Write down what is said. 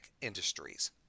Industries